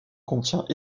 contient